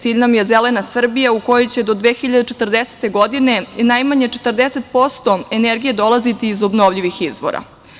Cilj nam je zelena Srbija u kojoj će do 2040. godine najmanje 40% energije dolaziti iz obnovljivih izvora.